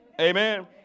Amen